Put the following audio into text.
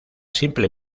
simple